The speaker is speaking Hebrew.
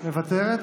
מוותרת,